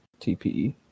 TPE